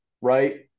right